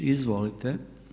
Izvolite.